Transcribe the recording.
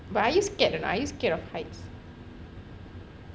but are you scared or not are you scared of heights